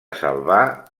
salvà